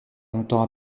longtemps